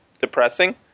depressing